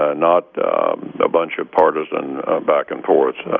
ah not a bunch of partisan back and forth,